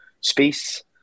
space